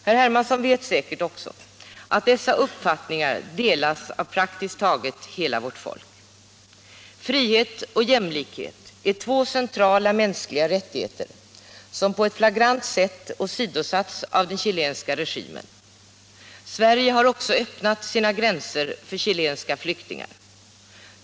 Herr Hermansson vet säkert också att dessa uppfattningar delas av praktiskt taget hela vårt folk. Frihet och jämlikhet är två centrala mänskliga rättigheter som flagrant åsidosatts av den chilenska regimen. Sverige har också öppnat sina gränser för chilenska flyktingar.